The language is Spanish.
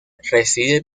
reside